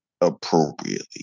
appropriately